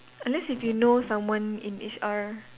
unless if you know someone in H_R